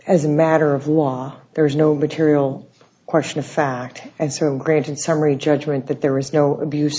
as a matter of law there is no material question of fact and so granted summary judgment that there is no abuse